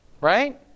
Right